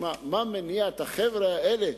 שמע, מה מניע את החבר'ה האלה